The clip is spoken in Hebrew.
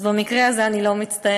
אז במקרה הזה אני לא מצטערת,